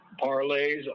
Parlays